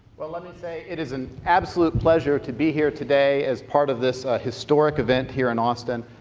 let me say it is an absolute pleasure to be here today as part of this historic event here in austin.